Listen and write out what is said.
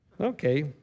Okay